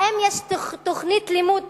האם יש תוכנית לימוד